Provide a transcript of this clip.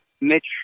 Mitch